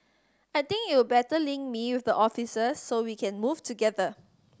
I think it'll better link me with the officers so we can move together